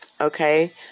okay